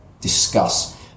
discuss